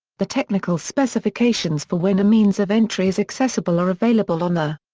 the technical specifications for when a means of entry is accessible are available on the.